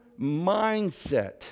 mindset